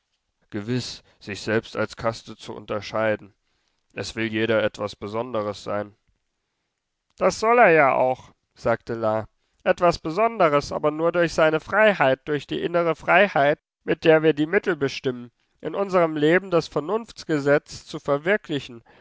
gewiß sich selbst als kaste zu unterscheiden es will jeder etwas besonderes sein das soll er ja auch sagte la etwas besonderes aber nur durch seine freiheit durch die innere freiheit mit der wir die mittel bestimmen in unserm leben das vernunftgesetz zu verwirklichen